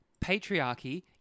patriarchy